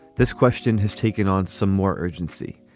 this question has taken on some more urgency.